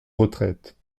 retraite